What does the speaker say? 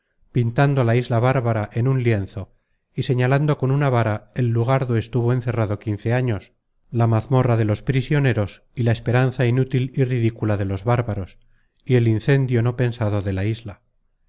pintando la isla bárbara en un lienzo y señalando con una vara el lugar do estuvo encerrado quince años la mazmorra de los prisioneros y la esperanza inútil y ridícula de los bárbaros y el incendio no pensado de la isla